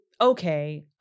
okay